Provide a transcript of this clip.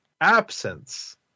absence